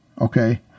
okay